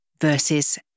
versus